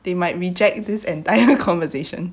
they might reject this entire conversation